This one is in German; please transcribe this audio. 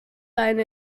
eine